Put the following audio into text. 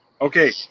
Okay